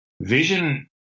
vision